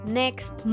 next